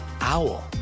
Owl